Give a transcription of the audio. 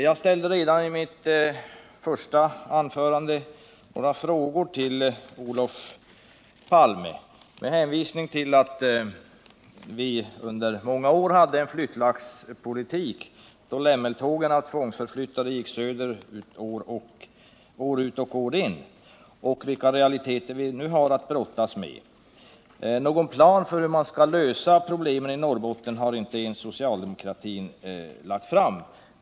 Jag ställde redan i mitt första anförande några frågor till Olof Palme med hänvisning till att vi under många år hade en flyttlasspolitik, då lämmeltåget av tvångsförflyttade gick söderut år ut och år in, och jag har försökt påvisa de realiteter vi nu har att brottas med. Någon plan för hur man skall lösa problemen i Norrbotten har inte ens socialdemokratin lagt fram.